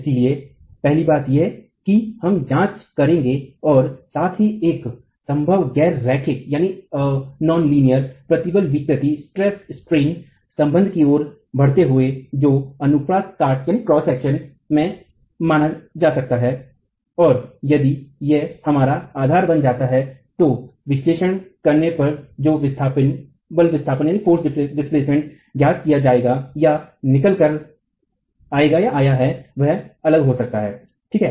इसलिए पहली बात यह कि हम जांच करेंगे और साथ ही एक संभव गैर रैखिक प्रतिबल विकृति संबंध की ओर बढ़ते जो हुए अनुप्रस्थ काट में माना जा सकता है और यदि यह हमारा आधार बन जाता है तो विश्लेषण करने पर जो बल विस्थापन ज्ञात किया गया है या निकल कर आया है वह अलग हो सकता है ठीक है